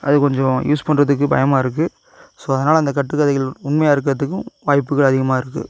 அது கொஞ்சம் யூஸ் பண்ணுறதுக்கு பயமாக இருக்கு ஸோ அதனால் அந்த கட்டுக்கதைகள் உண்மையாக இருக்கறதுக்கும் வாய்ப்புகள் அதிகமாக இருக்கு